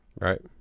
Right